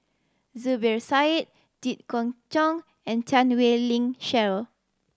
Zubir Said Jit Koon Ch'ng and Chan Wei Ling Cheryl